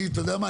אתה יודע מה,